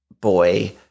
boy